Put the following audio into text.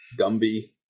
Gumby